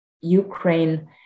Ukraine